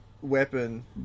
weapon